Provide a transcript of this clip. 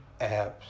apps